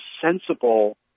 sensible